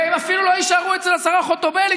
והם אפילו לא יישארו אצל השרה חוטובלי,